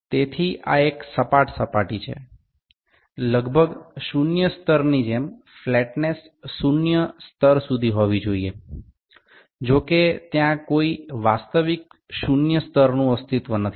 તેથી આ એક સપાટ સપાટી છે લગભગ શૂન્ય સ્તરની જેમ ફ્લેટનેસ શૂન્ય સ્તર સુધી હોવી જોઈએ જો કે ત્યાં કોઈ વાસ્તવિક શૂન્ય સ્તરનું અસ્તિત્વ નથી